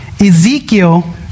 Ezekiel